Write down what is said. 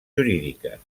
jurídiques